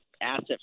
asset